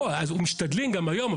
משתדלים גם היום.